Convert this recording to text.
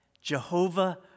Jehovah